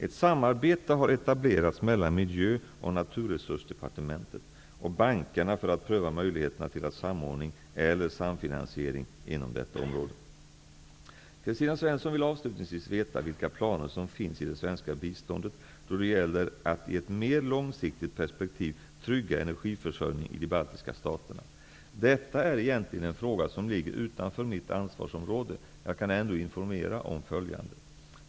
Ett samarbete har etablerats mellan Miljö och naturresursdepartementet och bankerna för att pröva möjligheterna till samordning eller samfinansiering inom detta område. Kristina Svensson vill avslutningsvis veta vilka planer som finns i det svenska biståndet då det gäller att i ett mer långsiktigt perspektiv trygga energiförsörjningen i de baltiska staterna. Detta är egentligen en fråga som ligger utanför mitt ansvarsområde. Jag kan ändå informera om följande.